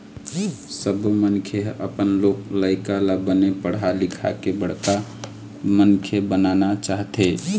सब्बो मनखे ह अपन लोग लइका ल बने पढ़ा लिखा के बड़का मनखे बनाना चाहथे